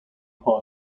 part